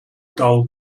dull